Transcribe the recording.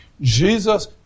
Jesus